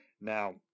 Now